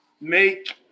make